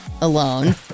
Alone